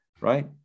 right